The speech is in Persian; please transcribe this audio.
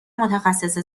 متخصص